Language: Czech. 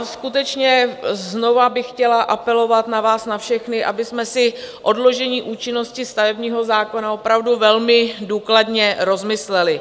Skutečně znovu bych chtěla apelovat na vás na všechny, abychom si odložení účinnosti stavebního zákona opravdu velmi důkladně rozmysleli.